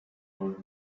told